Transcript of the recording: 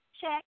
check